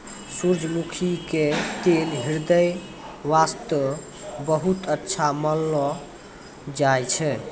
सूरजमुखी के तेल ह्रदय वास्तॅ बहुत अच्छा मानलो जाय छै